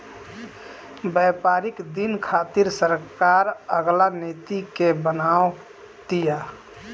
व्यापारिक दिन खातिर सरकार अलग नीति के बनाव तिया